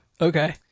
Okay